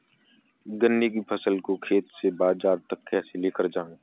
गन्ने की फसल को खेत से बाजार तक कैसे लेकर जाएँ?